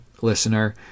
listener